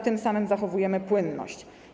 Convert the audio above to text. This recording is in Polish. Tym samym zachowujemy płynność.